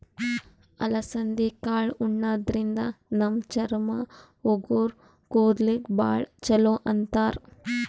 ಅಲಸಂದಿ ಕಾಳ್ ಉಣಾದ್ರಿನ್ದ ನಮ್ ಚರ್ಮ, ಉಗುರ್, ಕೂದಲಿಗ್ ಭಾಳ್ ಛಲೋ ಅಂತಾರ್